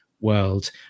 world